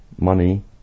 money